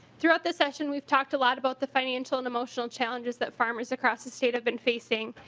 throughout the session we talked a lot about the financial and emotional challenges that farmers across the state have been facing.